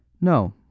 No